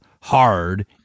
hard